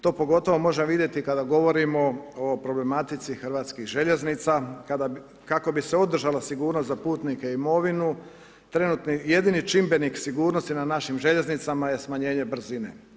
To pogotovo možemo vidjeti kada govorimo o problematici hrvatskih željeznica, kako bi se održala sigurnost za putnike i imovine, jedini čimbenik sigurnosti na našim željeznicama je smanjenje brzine.